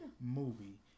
movie